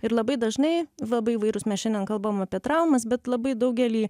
ir labai dažnai labai įvairūs mes šiandien kalbam apie traumas bet labai daugelį